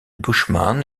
bushman